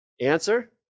Answer